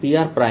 r r